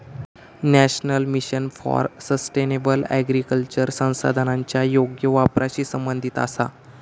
national mission for sustainable agriculture संसाधनांच्या योग्य वापराशी संबंधित आसा